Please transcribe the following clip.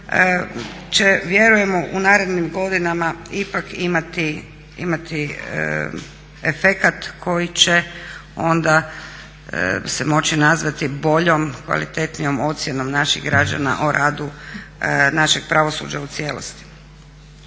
će vjerujemo u narednim godinama ipak imati efekat koji će onda se moći nazvati boljom, kvalitetnijom ocjenom naših građana o radu našeg pravosuđa u cijelosti.